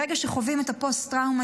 ברגע שחווים פוסט-טראומה,